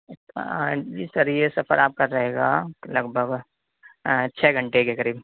اچھا جی سر یہ سفر آپ کا رہے گا لگ بھگ چھ گھنٹے کے قریب